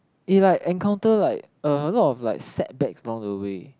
he like encounter like a a lot of like set back along the way